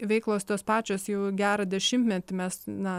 veiklos tos pačios jau gerą dešimtmetį mes na